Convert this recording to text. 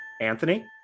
anthony